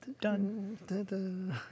Done